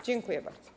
Dziękuję bardzo.